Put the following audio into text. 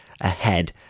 ahead